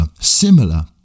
similar